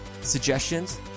suggestions